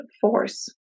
force